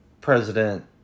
President